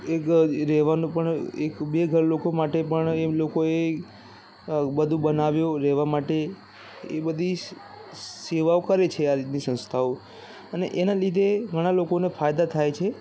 એક રહેવાનું પણ એક બે ઘર લોકો માટે પણ એ લોકોએ બધુ બનાવ્યું રહેવા માટે એ બધી સેવાઓ કરે છે આ રીતની સંસ્થાઓ અને એના લીધે ઘણા લોકોને ફાયદા થાય છે